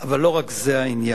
אבל לא רק זה העניין.